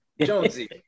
Jonesy